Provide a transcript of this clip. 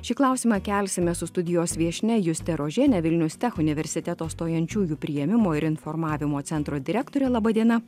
šį klausimą kelsime su studijos viešnia juste rožiene vilnius tech universiteto stojančiųjų priėmimo ir informavimo centro direktore laba diena